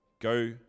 Go